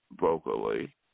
vocally